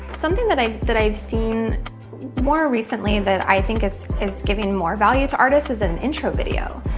something that i've that i've seen more recently that i think is is giving more value to artists is an intro video.